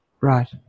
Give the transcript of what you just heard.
right